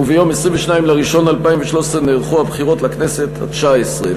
וביום 22 בינואר 2013 נערכו הבחירות לכנסת התשע-עשרה.